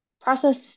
process